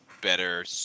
better